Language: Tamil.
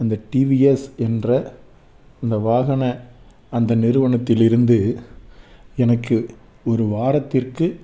அந்த டிவிஎஸ் என்ற அந்த வாகன அந்த நிறுவனத்தில் இருந்து எனக்கு ஒரு வாரத்திற்கு